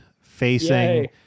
facing